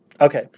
Okay